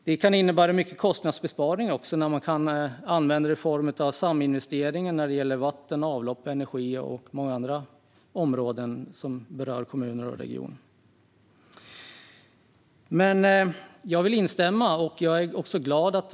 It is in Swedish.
Det kan också innebära stora kostnadsbesparingar när man kan använda en form av saminvestering när det gäller vatten, avlopp, energi och många andra områden som berör kommuner och regioner. Jag instämmer med många talare här i dag.